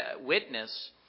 witness